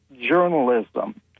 journalism